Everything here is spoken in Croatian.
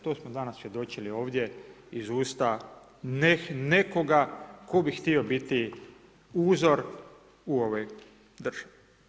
To smo danas svjedočili ovdje iz usta nekoga tko bi htio biti uzor u ovoj državi.